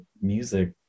music